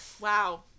Wow